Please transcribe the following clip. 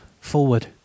Forward